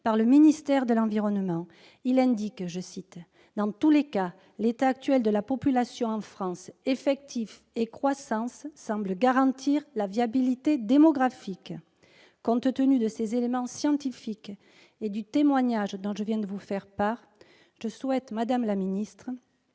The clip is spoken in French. par le ministère de l'environnement. Il indique que « dans tous les cas, l'état actuel de la population en France, en termes d'effectifs et de croissance, semble garantir la viabilité démographique ». Compte tenu de ces éléments scientifiques et du témoignage dont je viens de vous faire part, je souhaite, madame la secrétaire